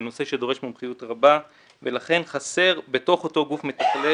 זה נושא שדורש מומחיות רבה ולכן חסר בתוך אותו גוף מתכלל